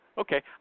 Okay